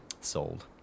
Sold